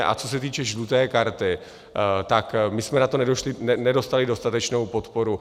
A co se týče žluté karty, tak my jsme na to nedostali dostatečnou podporu.